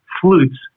flutes